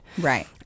Right